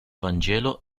vangelo